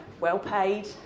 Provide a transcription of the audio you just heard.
well-paid